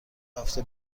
هفته